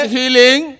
healing